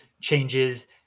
changes